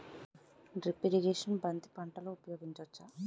Drip irrigation బంతి పంటలో ఊపయోగించచ్చ?